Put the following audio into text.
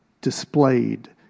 displayed